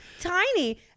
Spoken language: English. tiny